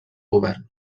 govern